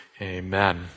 amen